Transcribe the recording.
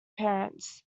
parents